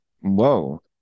whoa